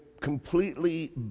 completely